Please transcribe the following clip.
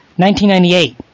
1998